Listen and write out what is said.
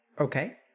Okay